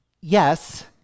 Yes